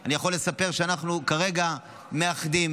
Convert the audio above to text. אני יכול לספר שאנחנו כרגע מאחדים